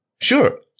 Sure